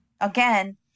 again